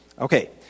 Okay